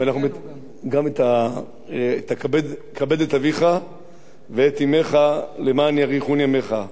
גם כבד את אביך ואת אמך למען יאריכון ימיך.